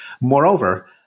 moreover